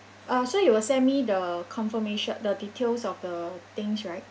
uh so you will send me the confirmation the details of the things right